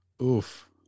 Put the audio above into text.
Oof